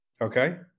okay